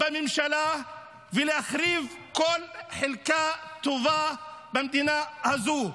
בממשלה ולהחריב כל חלקה טובה במדינה הזו.